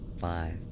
five